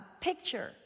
picture